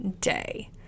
day